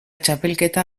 txapelketa